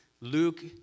Luke